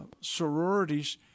sororities